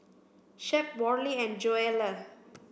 Shep Worley and Joelle